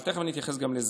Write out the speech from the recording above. תכף אתייחס גם לזה.